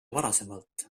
varasemalt